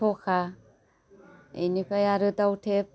सखा बेनिफाय आरो दाउथेब